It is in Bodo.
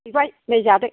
हैबाय नै जादो